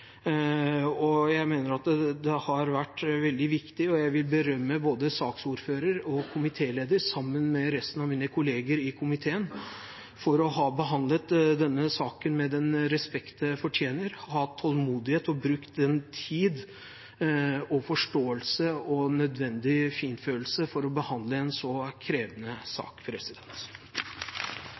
Jeg mener den har vært veldig viktig, og jeg vil berømme både saksordføreren og komitélederen sammen med resten av mine kollegaer i komiteen for å ha behandlet denne saken med den respekt den fortjener – hatt tålmodighet og brukt den tid, forståelse og nødvendig fintfølelse for å behandle en så krevende sak.